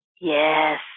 Yes